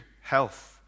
health